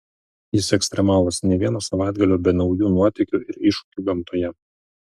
jis ekstremalas nė vieno savaitgalio be naujų nuotykių ir iššūkių gamtoje